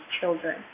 children